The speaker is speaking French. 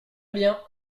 bien